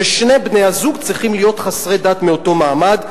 ששני בני-הזוג צריכים להיות חסרי דת מאותו מעמד,